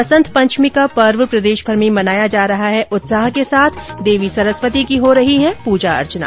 वसंत पंचमी का पर्व प्रदेशभर में मनाया जा रहा है उत्साह के साथ देवी सरस्वती की हो रही है प्रजा अर्चना